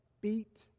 beat